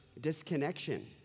disconnection